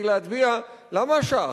כדי להצביע, למה שעה?